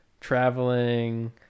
traveling